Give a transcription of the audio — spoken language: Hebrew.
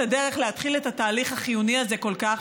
הדרך להתחיל את התהליך החיוני הזה כל כך,